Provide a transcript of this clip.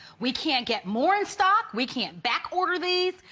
we cannot get more and stock we cannot backorder these,